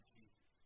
Jesus